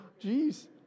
Jeez